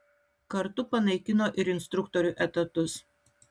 kartu panaikino ir instruktorių etatus